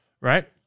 right